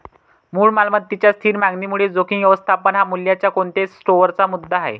मूळ मालमत्तेच्या स्थिर मागणीमुळे जोखीम व्यवस्थापन हा मूल्याच्या कोणत्याही स्टोअरचा मुद्दा आहे